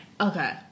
Okay